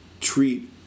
treat